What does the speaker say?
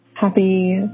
happy